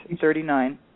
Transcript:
thirty-nine